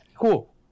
Cool